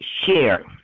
share